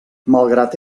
malgrat